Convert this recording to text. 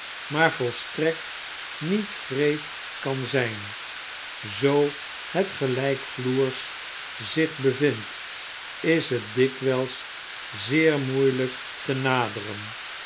maar volstrekt niet wreed kan zp zoo het gelijkvloers zich bevindt is het dikwijls zeer moeilp te naderen